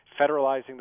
federalizing